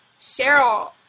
Cheryl